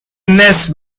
نصف